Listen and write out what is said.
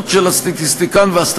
לא נשמעים מופרכים, בכל זאת.